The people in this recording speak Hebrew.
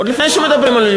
עוד לפני שמדברים על,